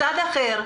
מצד אחר,